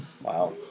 Wow